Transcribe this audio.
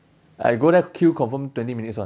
I go there queue confirm twenty minutes [one]